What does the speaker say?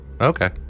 Okay